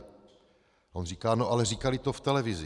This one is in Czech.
A on říká: No ale říkali to v televizi.